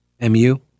M-U